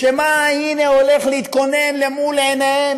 שמא הנה הולך להתכונן למול עיניהם